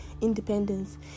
independence